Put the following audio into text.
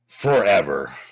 Forever